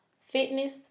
fitness